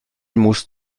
musst